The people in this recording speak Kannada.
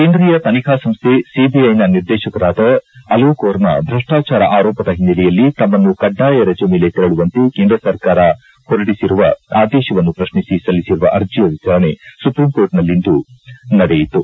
ಕೇಂದ್ರೀಯ ತನಿಖಾ ಸಂಸ್ಥೆ ಸಿಬಿಐನ ನಿರ್ದೇಶಕರಾದ ಅಲೋಕ್ ವರ್ಮ ಭ್ರಷ್ಟಾಚಾರ ಆರೋಪದ ಹಿನ್ನೆಲೆಯಲ್ಲಿ ತಮ್ಮನ್ನು ಕಡ್ಡಾಯ ರಜೆ ಮೇಲೆ ತೆರಳುವಂತೆ ಕೇಂದ್ರ ಸರ್ಕಾರ ಹೊರಡಿಸಿರುವ ಆದೇಶವನ್ನು ಪ್ರಶ್ನಿಸಿ ಸಲ್ಲಿಸಿರುವ ಅರ್ಜಿಯ ವಿಚಾರಣೆ ಸುಪ್ರೀಂಕೋರ್ಟ್ನಲ್ಲಿಂದು ನಡೆಯಿತು